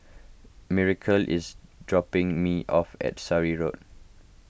Miracle is dropping me off at Surrey Road